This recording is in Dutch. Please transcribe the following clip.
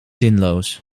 zinloos